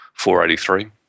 483